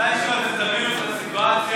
מתישהו אתם תבינו את הסיטואציה,